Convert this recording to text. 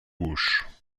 gauche